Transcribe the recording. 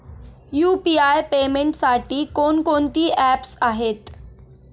UPI पेमेंटसाठी कोणकोणती apps आहेत?